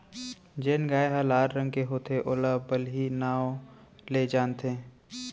जेन गाय ह लाल रंग के होथे ओला बलही नांव ले जानथें